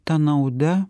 ta nauda